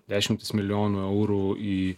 dešimtis milijonų eurų į